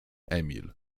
emil